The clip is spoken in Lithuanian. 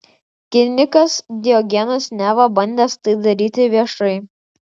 kinikas diogenas neva bandęs tai daryti viešai